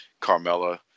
Carmella